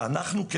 אין לי פה